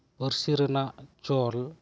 ᱯᱟᱹᱨᱥᱤ ᱨᱮᱭᱟᱜ ᱪᱚᱞ